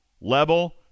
level